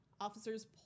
Officers